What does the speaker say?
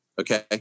Okay